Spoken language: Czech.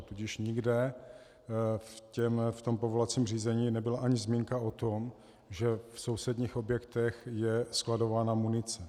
Tudíž nikde v tom povolovacím řízení nebyla ani zmínka o tom, že v sousedních objektech je skladována munice.